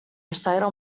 recital